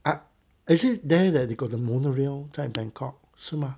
I actually there that they got the monorail 在 bangkok 是吗